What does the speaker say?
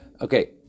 Okay